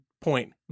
point